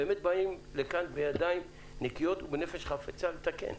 באמת באים לכאן בידיים נקיות ובנפש חפצה לתקן,